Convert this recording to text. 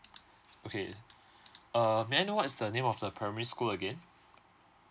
okay uh may I know what's the name of the primary school again